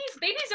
babies